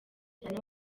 cyane